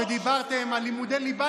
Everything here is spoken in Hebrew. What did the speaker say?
כשדיברתם על לימודי ליבה,